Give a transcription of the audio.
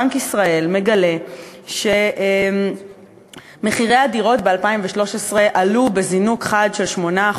בנק ישראל מגלה שמחירי הדירות ב-2013 עלו בזינוק חד של 8%,